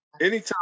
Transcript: anytime